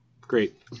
Great